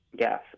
Yes